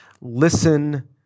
Listen